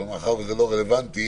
מאחר וזה ולא רלוונטי